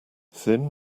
thin